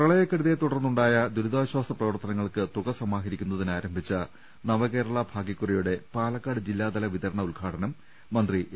പ്രളയക്കെടുതിയെത്തുടർന്നുണ്ടായ ദുരിതാശ്ചാസ പ്രവർത്ത നങ്ങൾക്ക് തുക സമാഹരിക്കുന്നതിന് ആരംഭിച്ച നവകേരള ഭാഗ്യക്കുറിയുടെ പാലക്കാട് ജില്ലാതല വിതരണ ഉദ്ഘാടനം മന്ത്രി എ